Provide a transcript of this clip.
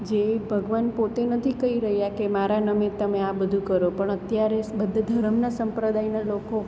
જે ભગવાન પોતે નથી કઈ રહ્યા કે મારા નામે તમે આ બધું કરો પણ અત્યારે બધા ધરમના સંપ્રદાયના લોકો